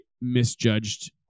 misjudged